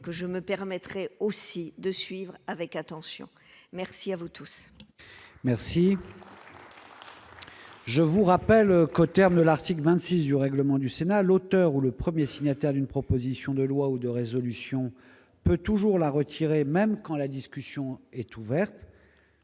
que je me permettrai aussi de suivre avec attention, merci à vous tous. Merci. Je vous rappelle qu'aux termes de l'article 26 du règlement du Sénat l'auteur ou le 1er signataire d'une proposition de loi ou de résolution toujours la retirer, même quand la discussion est ouverte.